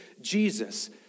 Jesus